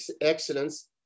excellence